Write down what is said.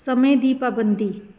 ਸਮੇਂ ਦੀ ਪਾਬੰਦੀ